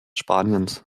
spaniens